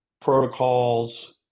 protocols